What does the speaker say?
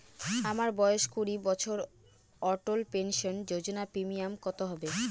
আমার বয়স কুড়ি বছর অটল পেনসন যোজনার প্রিমিয়াম কত হবে?